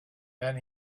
then